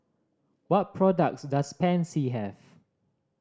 what products does Pansy have